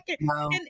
No